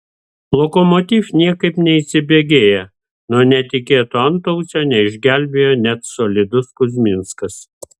lokomotiv niekaip neįsibėgėja nuo netikėto antausio neišgelbėjo net solidus kuzminskas